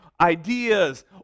ideas